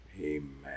Amen